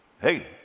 hey